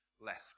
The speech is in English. left